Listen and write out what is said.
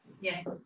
yes